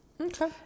Okay